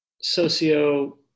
socio